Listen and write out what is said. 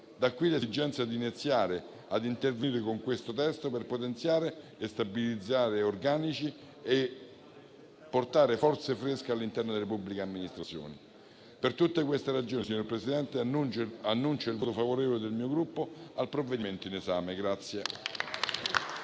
Da qui l'esigenza di iniziare ad intervenire con questo testo per potenziare e stabilizzare organici e portare forze fresche all'interno delle pubbliche amministrazioni. Per tutte queste ragioni, signor Presidente, annuncio il voto favorevole del mio Gruppo al provvedimento in esame.